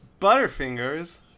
Butterfingers